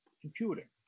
computer